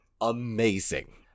amazing